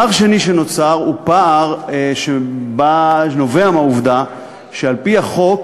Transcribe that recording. פער שני שנוצר הוא פער שנובע מהעובדה שעל-פי החוק